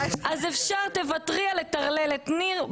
אז תוותרי על לטרלל את ניר,